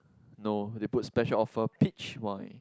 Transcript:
no they put special offer peach wine